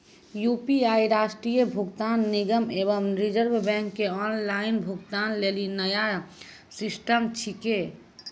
UPI राष्ट्रीय भुगतान निगम एवं रिज़र्व बैंक के ऑनलाइन भुगतान लेली नया सिस्टम छिकै